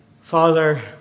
Father